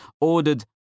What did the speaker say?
ordered